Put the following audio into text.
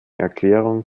erklärung